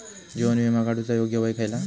जीवन विमा काडूचा योग्य वय खयला?